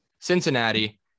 Cincinnati